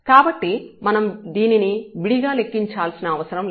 కాబట్టి మనం దీనిని విడిగా లెక్కించాల్సిన అవసరం లేదు